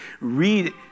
read